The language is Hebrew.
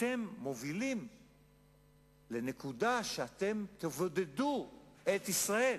אתם מובילים לנקודה שאתם תבודדו את ישראל